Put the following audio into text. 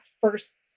first